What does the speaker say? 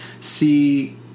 see